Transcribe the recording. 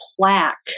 plaque